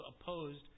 opposed